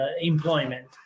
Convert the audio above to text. employment